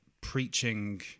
preaching